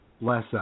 less